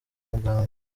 muganga